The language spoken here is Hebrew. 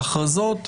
לשיטתכם.